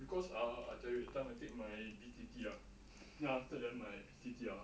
because ah I tell you that time I take my B_T_T ah then after then my 弟弟 ah